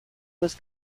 was